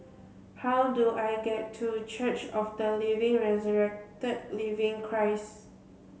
how do I get to Church of the Living Christ